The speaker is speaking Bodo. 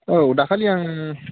औ दाखालि आं